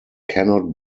cannot